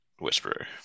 whisperer